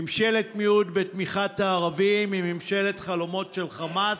ממשלת מיעוט בתמיכת הערבים היא ממשלת חלומות של חמאס,